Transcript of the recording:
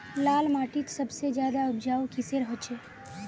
लाल माटित सबसे ज्यादा उपजाऊ किसेर होचए?